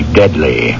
deadly